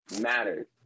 matters